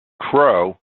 crowe